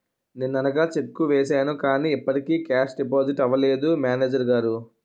నిన్ననగా చెక్కు వేసాను కానీ ఇప్పటికి కేషు డిపాజిట్ అవలేదు మేనేజరు గారు